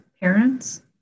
parents